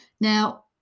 Now